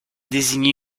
désigner